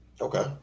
Okay